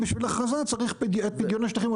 ובשביל הכרזה צריך פדיון שטחים,